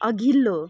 अघिल्लो